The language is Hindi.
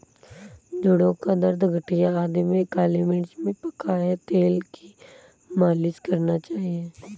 जोड़ों का दर्द, गठिया आदि में काली मिर्च में पकाए तेल की मालिश करना चाहिए